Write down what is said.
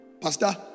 Pastor